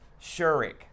Shurik